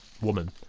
woman